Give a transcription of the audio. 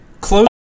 Close